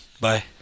Bye